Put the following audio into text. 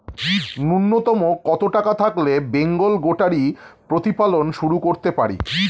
নূন্যতম কত টাকা থাকলে বেঙ্গল গোটারি প্রতিপালন শুরু করতে পারি?